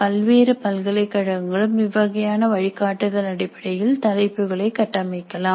பல்வேறு பல்கலைக்கழகங்களும் இவ்வகையான வழிகாட்டுதல் அடிப்படையில் தலைப்புகளை கட்டமைக்கலாம்